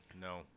No